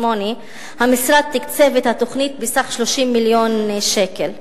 המשרד תקצב את התוכנית בסך 30 מיליון שקל,